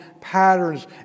patterns